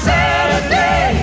Saturday